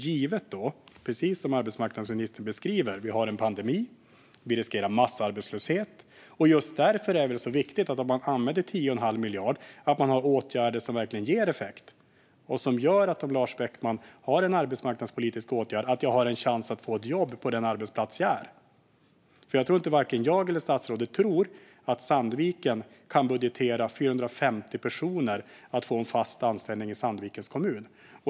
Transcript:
Givet att vi, precis som ministern sa, har en pandemi och riskerar massarbetslöshet är det viktigt att man om man använder 10 1⁄2 miljard har åtgärder som verkligen ger effekt och som gör att Lars Beckman, om han har en arbetsmarknadspolitisk åtgärd, har en chans att få ett jobb på den arbetsplats där han är. Jag tror inte att vare sig jag eller statsrådet tror att Sandviken kan budgetera för att 450 personer ska få en fast anställning i Sandvikens kommun.